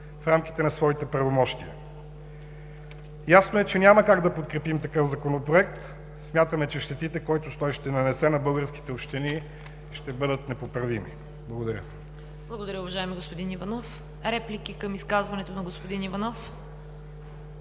в рамките на своите правомощия“. Ясно е, че няма как да подкрепим такъв Законопроект. Смятаме, че щетите, които той ще нанесе на българските общини, ще бъдат непоправими. Благодаря. ПРЕДСЕДАТЕЛ ЦВЕТА КАРАЯНЧЕВА: Благодаря, уважаеми господин Иванов. Реплики към изказването на господин Иванов?